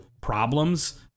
problems